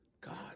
God